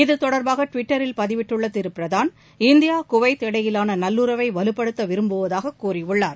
இது தொடர்பாக ட்விட்டரில் பதிவிட்டுள்ள திரு பிரதான்இந்தியா குவைத் இடையிலான நல்லுறவை வலுப்படுத்த விரும்புவதாக கூறியுள்ளார்